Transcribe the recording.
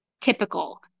typical